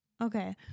Okay